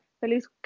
Feliz